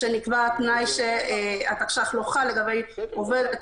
כשנקבע התנאי שהתקש"ח לא חל לגבי עובדת